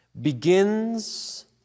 begins